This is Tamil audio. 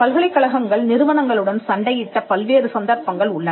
பல்கலைக்கழகங்கள் நிறுவனங்களுடன் சண்டையிட்ட பல்வேறு சந்தர்ப்பங்கள் உள்ளன